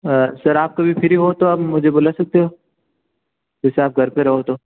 और सर आप कभी फ़्री हो तो आप मुझे बुला सकते हो जैसे आप घर पर रहो तो